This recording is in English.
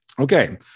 Okay